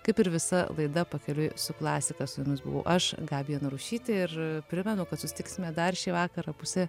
kaip ir visa laida pakeliui su klasika su jumis buvau aš gabija narušytė ir primenu kad susitiksime dar šį vakarą pusę